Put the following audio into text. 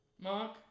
Mark